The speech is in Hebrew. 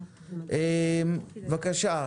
בבקשה.